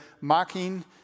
mocking